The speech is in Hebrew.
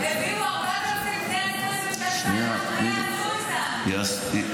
הביאו 4,126 בני 26 --- מה יעשו איתם?